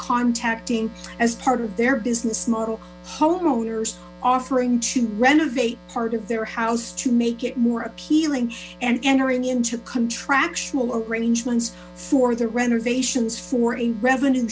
contacting as part of their business model homeowner offering to renovate part of their house to make more appealing and entering into contractual arrangements for the renovations for a revenue